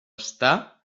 estar